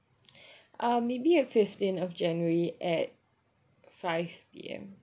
um maybe the fifteenth of january at five P_M